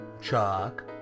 Chuck